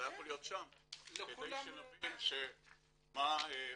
כדי שנבין מה,